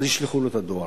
אז ישלחו את הדואר.